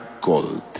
gold